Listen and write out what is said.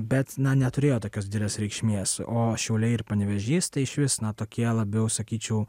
bet na neturėjo tokios didelės reikšmės o šiauliai ir panevėžys tai išvis na tokie labiau sakyčiau